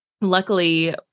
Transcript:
luckily